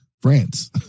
France